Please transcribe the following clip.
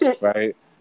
right